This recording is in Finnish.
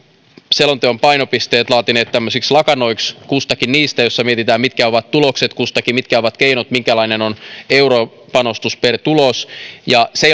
selontekomme painopisteet laatineet tämmöisiksi lakanoiksi kustakin niistä joissa mietitään mitkä ovat tulokset kustakin mitkä ovat keinot minkälainen on europanostus per tulos se